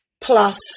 plus